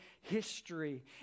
history